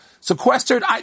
sequestered